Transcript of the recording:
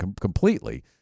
completely